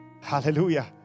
Hallelujah